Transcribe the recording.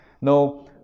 no